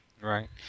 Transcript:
Right